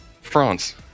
France